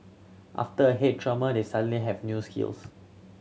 after a head trauma they suddenly have new skills